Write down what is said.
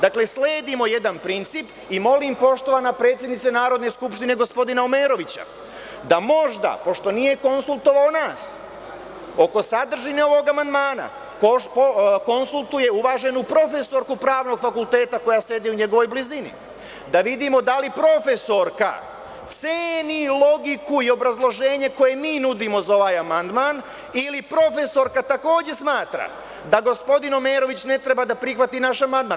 Dakle, sledimo jedan princip i molim, poštovana predsednice Narodne skupštine, gospodina Omerovića da možda, pošto nije konsultovao nas oko sadržine ovog amandmana, konsultuje uvaženu profesorku Pravnog fakulteta koja sedi u njegovoj blizini, da vidimo da li profesorka ceni logiku i obrazloženje koje mi nudimo za ovaj amandman ili profesorka takođe smatra da gospodin Omerović ne treba da prihvati naš amandman.